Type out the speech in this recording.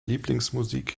lieblingsmusik